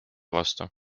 vastu